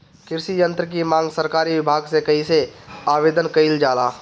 कृषि यत्र की मांग सरकरी विभाग में कइसे आवेदन कइल जाला?